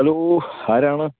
hello ആരാണ്